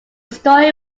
story